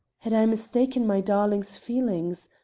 had i mistaken my darling's feelings?